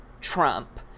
Trump